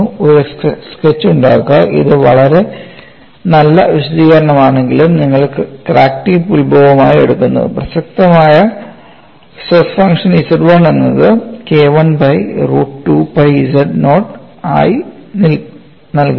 ഒരു സ്കെച്ച് ഉണ്ടാക്കുക ഇത് വളരെ നല്ല വിശദീകരണമാണെങ്കിലും നിങ്ങൾ ക്രാക്ക് ടിപ്പ് ഉത്ഭവമായി എടുക്കുന്നു പ്രസക്തമായ സ്ട്രെസ് ഫംഗ്ഷൻ Z1 എന്നത് K I by root 2 pi z naught ആയി നൽകുന്നു